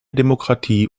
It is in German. demokratie